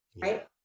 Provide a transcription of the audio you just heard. right